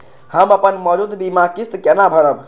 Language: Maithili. हम अपन मौजूद बीमा किस्त केना भरब?